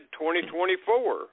2024